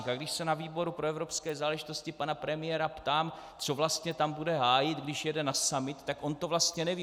A když se na výboru pro evropské záležitosti pana premiéra ptám, co vlastně tam bude hájit, když jede na summit, tak on to vlastně neví.